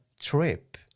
trip